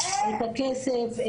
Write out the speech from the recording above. את הכסף.